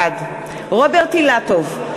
בעד רוברט אילטוב,